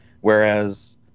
whereas